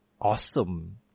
awesome